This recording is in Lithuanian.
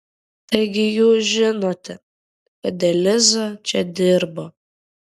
taigi jūs žinote kad eliza čia dirbo